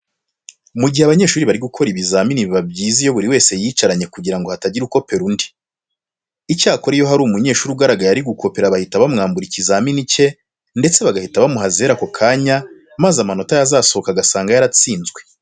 Mu gihe abanyeshuri bari gukora ibizamini biba byiza iyo buri wese yiyicaranye kugira ngo hatagira ukopera undi. Icyakora iyo hari umunyeshuri ugaragaye ari gukopera bahita bamwambura ikizamini cye ndetse bagahita bamuha zero ako kanya maze amanota yazasohoka agasanga yaratsinzwe.